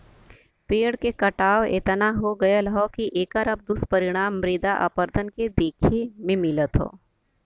पेड़ के कटाव एतना हो गयल हौ की एकर अब दुष्परिणाम मृदा अपरदन में देखे के मिलत हौ